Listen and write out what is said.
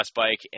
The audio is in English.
bike